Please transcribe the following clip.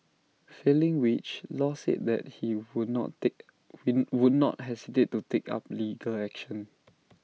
failing which law said that he would not take he would not hesitate to take up legal action